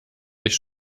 sich